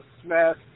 Smith